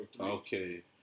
Okay